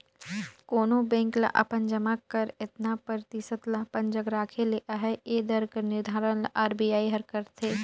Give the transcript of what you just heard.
कोनो बेंक ल अपन जमा कर एतना परतिसत ल अपन जग राखे ले अहे ए दर कर निरधारन ल आर.बी.आई हर करथे